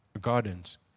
gardens